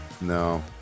No